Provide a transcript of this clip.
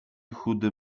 chudy